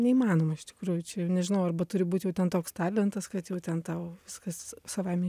neįmanoma iš tikrųjų čia nežinau arba turi būt jau ten toks talentas kad jau ten tau viskas savaime